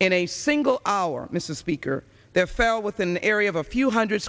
in a single hour mr speaker there fell with an area of a few hundred